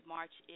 March